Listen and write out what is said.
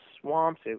swamps